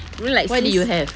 I mean like since